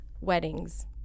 Weddings